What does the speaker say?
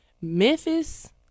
Memphis